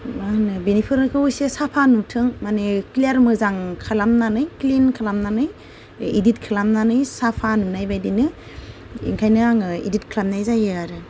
मा होनो बेफोरखौ एसे साफा नुथों माने क्लियार मोजां खालामनानै क्लिन खालामनानै एडिट खालामनानै साफा नुनायबायदिनो ओंखायनो आङो एडिट खालामनाय जायो आरो